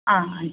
ಹಾಂ ಆಯ್ತು